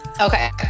Okay